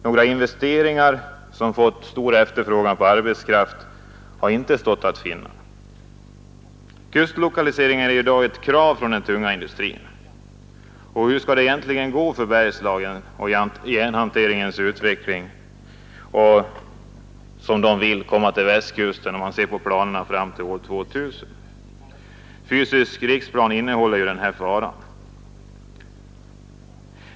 Några investeringar som medfört stor efterfrågan på arbetskraft har inte stått att finna. Kustlokaliseringar är i dag ett krav från den tunga industrin. Hur skall det egentligen gå för Bergslagen om järnhanteringens utveckling skall ske på Västkusten — som industrin vill enligt vad vi kan se av planerna — fram till år 2000? Den fysiska riksplanen innehåller ju denna fara.